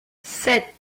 sept